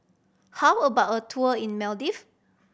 how about a tour in Maldive